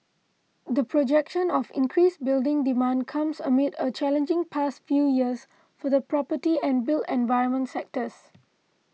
the projection of increased building demand comes amid a challenging past few years for the property and built environment sectors